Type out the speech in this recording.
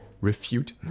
refute